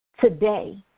today